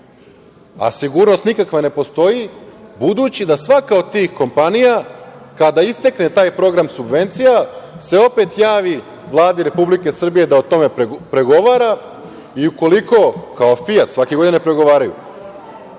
a sigurnost nikakva ne postoji, budući da svaka od tih kompanija kada istekne taj program subvencija se opet javi Vladi Republike Srbije da o tome pregovara i ukoliko kao „Fijat“, svake godine pregovaraju,